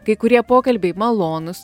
kai kurie pokalbiai malonūs